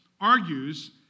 argues